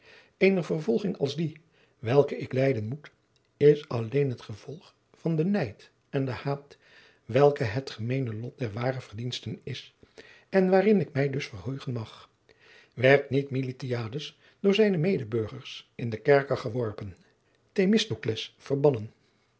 eene vervolging als die welke ik lijden moet is alleen het gevolg van den nijd en den haat welke het gemeene lot der ware verdiensten is en waarin ik mij dus verheugen mag werd niet miltiades door zijne medeburgers in den kerker geworpen themistocles verbannen